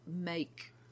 make